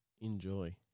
Enjoy